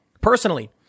personally